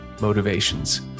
motivations